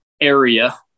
area